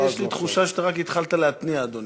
כי יש לי תחושה שרק התחלת להתניע, אדוני.